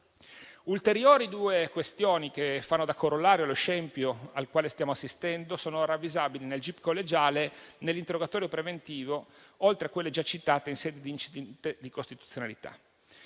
Ulteriori due questioni che fanno da corollario allo scempio al quale stiamo assistendo sono ravvisabili nel gip collegiale, nell'interrogatorio preventivo, oltre a quelle già citate in sede di incidente di costituzionalità.